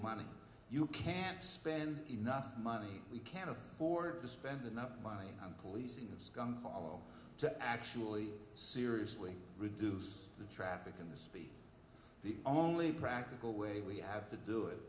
money you can't spend enough money we can't afford to spend enough money policing to actually seriously reduce traffic and the only practical way we have to do it